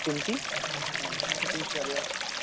कोणती नवीनमध्ये कोणती आली आहे